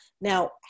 now